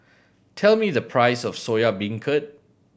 tell me the price of Soya Beancurd